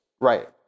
Right